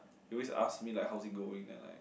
he always ask me like how is it going then like